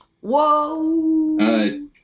Whoa